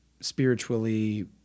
spiritually